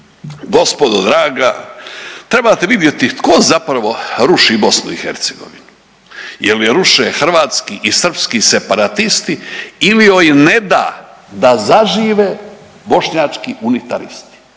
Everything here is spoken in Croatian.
Gospodo draga trebate vidjeti tko zapravo ruši BiH. Jel' je ruše hrvatski i srpski separatisti ili joj ne da da zažive bošnjački unitaristi.